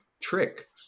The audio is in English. trick